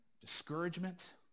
discouragement